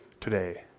today